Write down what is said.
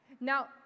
Now